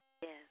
Yes